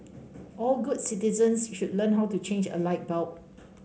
all good citizens should learn how to change a light bulb